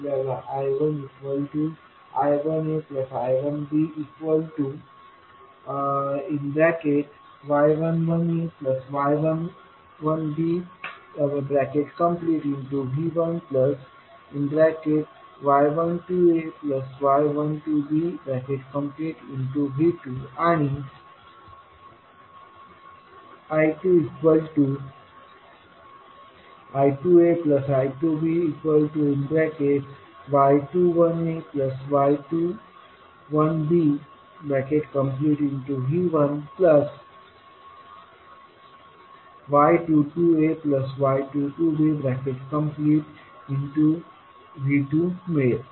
आपल्याला I1I1aI1by11ay11bV1y12ay12bV2 आणि I2I2aI2by21ay21bV1y22ay22bV2 मिळेल